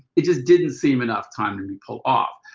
it just didn't seem enough time to be pulled off.